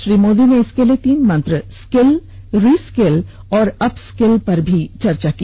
श्री मोदी ने इसके लिए तीन मंत्र स्किल रिस्क्ल और अपस्किल पर भी चर्चा की